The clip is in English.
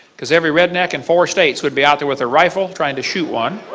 because every redneck in four states would be out there with a rifle, trying to shoot one,